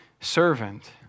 servant